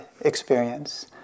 experience